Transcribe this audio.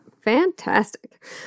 fantastic